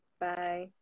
bye